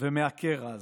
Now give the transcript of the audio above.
ומהקרע הזה.